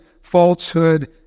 falsehood